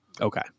Okay